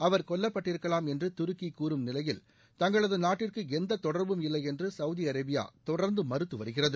அவர் கொல்லப்பட்டிருக்கலாம் என்று துருக்கி கூறும் நிலையில் தங்களது நாட்டிற்கு எந்த தொடர்பும் இல்லை என்று சவுதி அரேபியா தொடர்ந்து மறுத்து வருகிறது